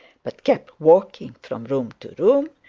but kept walking from room to room,